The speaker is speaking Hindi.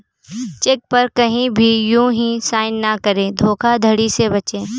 चेक पर कहीं भी यू हीं साइन न करें धोखाधड़ी से बचे